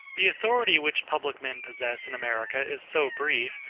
the authority which public men possess in america is so brief,